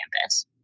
campus